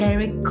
Eric